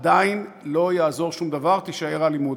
עדיין לא יעזור שום דבר, תישאר אלימות.